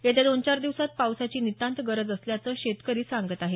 येत्या दोन चार दिवसांत पावसाची नितांत गरज असल्याचं शेतकरी सांगत आहेत